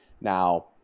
now